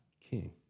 King